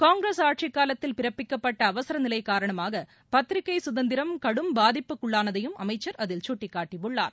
காங்கிரஸ் ஆட்சிக்காலத்தில் பிறப்பிக்கப்பட்ட அவசர நிலை காரணமாக பத்திரிகை சுதந்திரம் கடும் பாதிப்புக்குள்ளானதையும் அமைச்சர் அதில் சுட்டிக்காட்டியுள்ளார்